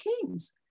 kings